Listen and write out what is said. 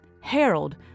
Harold